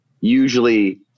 Usually